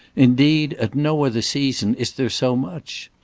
indeed, at no other season is there so much.